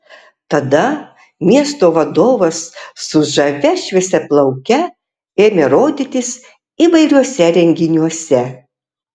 tada miesto vadovas su žavia šviesiaplauke ėmė rodytis įvairiuose renginiuose